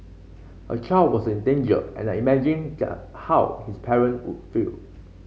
a child was in danger and I imagined how his parent would feel